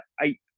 eight